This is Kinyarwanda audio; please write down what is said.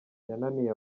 yananiye